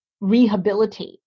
rehabilitate